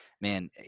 man